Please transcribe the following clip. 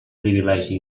privilegi